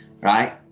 right